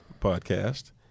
podcast